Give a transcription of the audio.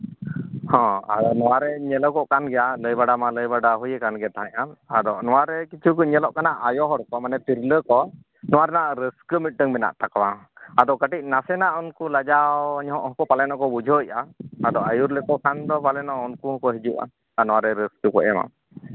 ᱦᱮᱸ ᱟᱨ ᱱᱚᱣᱟᱨᱮ ᱧᱮᱞᱚᱜᱚᱜ ᱠᱟᱱ ᱜᱮᱭᱟ ᱞᱟᱹᱭ ᱵᱟᱲᱟ ᱢᱟ ᱞᱟᱹᱭ ᱵᱟᱲᱟ ᱦᱩᱭ ᱟᱠᱟᱱ ᱛᱟᱦᱮᱸᱫᱼᱟ ᱟᱫᱚ ᱱᱚᱣᱟ ᱠᱤᱪᱷᱩ ᱧᱮᱞᱚᱜ ᱠᱟᱱᱟ ᱟᱭᱳ ᱦᱚᱲ ᱠᱚ ᱢᱟᱱᱮ ᱛᱤᱨᱞᱟᱹ ᱠᱚ ᱱᱚᱣᱟ ᱨᱮᱱᱟᱜ ᱨᱟᱹᱥᱠᱟᱹ ᱢᱤᱫᱴᱮᱱ ᱢᱮᱱᱟᱜ ᱛᱟᱠᱚᱣᱟ ᱟᱫᱚ ᱱᱟᱥᱮᱱᱟᱜ ᱩᱱᱠᱩ ᱠᱟᱹᱴᱤᱡ ᱞᱟᱡᱟᱣ ᱧᱚᱜ ᱦᱚᱸᱠᱚ ᱯᱟᱞᱮᱱ ᱠᱚ ᱵᱩᱡᱷᱟᱹᱣᱮᱫᱼᱟ ᱟᱫᱚ ᱟᱹᱭᱩᱨ ᱞᱮᱠᱚ ᱯᱟᱞᱮᱱᱚᱜ ᱩᱱᱠᱩ ᱦᱚᱸᱠᱚ ᱦᱤᱡᱩᱜᱼᱟ ᱟᱨ ᱱᱚᱣᱟᱨᱮ ᱨᱟᱹᱥᱠᱟᱹ ᱠᱚ ᱮᱢᱟ